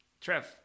trev